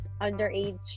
underage